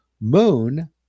Moon